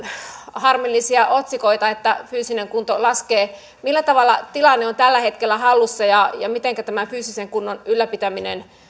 harmillisia otsikoita että fyysinen kunto laskee millä tavalla tilanne on tällä hetkellä hallussa ja ja mitenkä tämä fyysisen kunnon ylläpitäminen